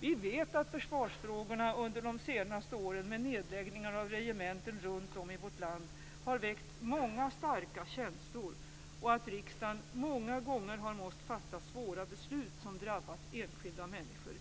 Vi vet att försvarsfrågorna under de senare åren med nedläggningar av regementen runt om i vårt land har väckt många starka känslor och att riksdagen många gånger har måst fatta svåra beslut, som drabbat enskilda människor.